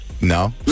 No